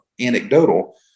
anecdotal